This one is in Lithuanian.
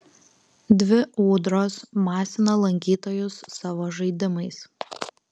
dvi ūdros masina lankytojus savo žaidimais